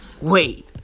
wait